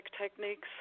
techniques